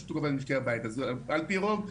על פי רוב,